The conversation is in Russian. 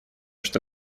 что